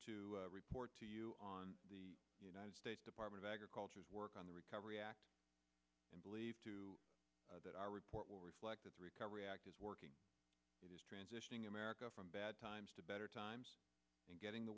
to report to you on the united states department of agriculture's work on the recovery act and believe too that our report will reflect that the recovery act is working it is transitioning america from bad times to better times and getting the